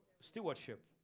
stewardship